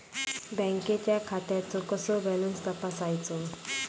बँकेच्या खात्याचो कसो बॅलन्स तपासायचो?